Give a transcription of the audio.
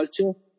culture